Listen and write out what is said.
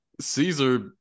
Caesar